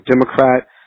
Democrat